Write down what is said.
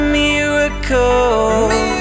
miracles